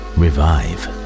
revive